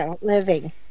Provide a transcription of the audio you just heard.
Living